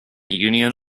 union